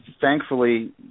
thankfully